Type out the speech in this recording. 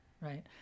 right